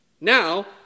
Now